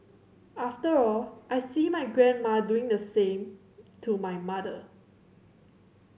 after all I see my grandma doing the same to my mother